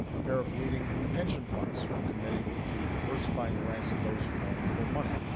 a pair of leading pension funds are committing to diversifying the ranks of those who manage their money.